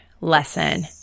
lesson